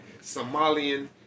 Somalian